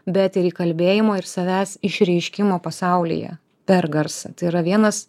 bet ir įkalbėjimo ir savęs išreiškimo pasaulyje per garsą tai yra vienas